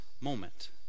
moment